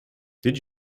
did